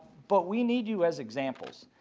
but we need you as examples.